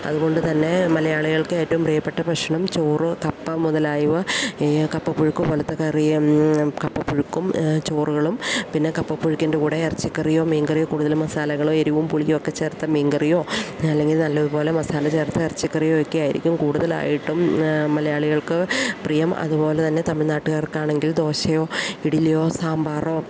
അതുകൊണ്ട് തന്നെ മലയാളികൾക്ക് ഏറ്റവും പ്രിയപ്പെട്ട ഭക്ഷണം ചോറ് കപ്പ മുതലായവ ഈ കപ്പപ്പുഴുക്കു പോലത്തെ കറിയും കപ്പപ്പുഴുക്കും ചോറുകളും പിന്നെ കപ്പപ്പുഴുക്കിൻ്റെ കൂടെ ഇറച്ചി കറിയോ മീൻകറിയോ കൂടുതൽ മസാലകള് എരിവും പുളിയൊക്കെ ചേർത്ത മീൻകറിയോ അല്ലെങ്കിൽ നല്ലതുപോലെ മസാല ചേർത്ത എറച്ചക്കറിയോ ഒക്കെ ആയിരിക്കും കൂടുതലായിട്ടും മലയാളികൾക്ക് പ്രിയം അതുപോലെ തന്നെ തമിഴ്നാട്ടുകാർക്കാണെങ്കിൽ ദോശയോ ഇഡലിയോ സാമ്പാറോ